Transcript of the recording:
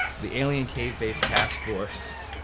the alien cave base task force.